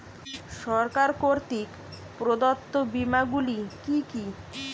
সরকার কর্তৃক প্রদত্ত বিমা গুলি কি কি?